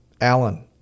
Allen